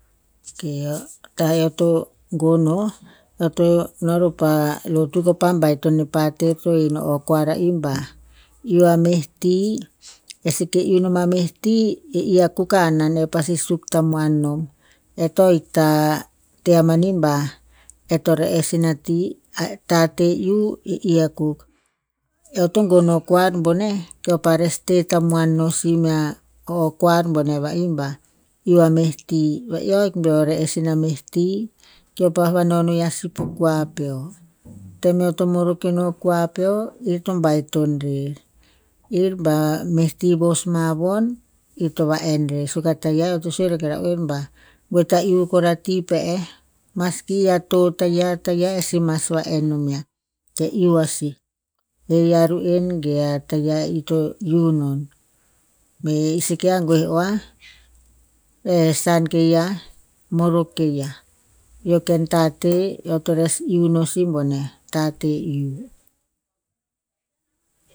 Ok, tah eo to gon o, eo to no ro pa rotu kopa baiton e pater to he ino o koar ra'ih bah, iu a meh ti. E seke iu nom a meh ti i akuk a hanan e pasi suk tamuan nom. E to hikta, te a mani bah, e to re'es ina ti. A tate iu, e e akuk. Eo to gon o koar boneh, ko pa res te tamuan no si mea, o- o koar boneh va'ih bah iu a meh ti. Va'ih ahik beo re'es ina meh ti. Keo pah vano no yiah si po kua peo. Tem eo to morok keno kua peo, ir to baiton rer. Ir ba meh ti vos ma von, ir to va'en rer. Suk a tayiah eo to sue ro ke ra'oer bah, goe ta iu kor a ti pe eh. Maski i a to tayiah, tayiah e si mas va'en nom yiah. Ke iu a sih. He yiah a ru'en ge a tayiah i to iu non. Bi seke agoeh oah, e hesan ke yiah, morok ke yiah. I o ken tate eo to res iu no si boneh. Tate iu.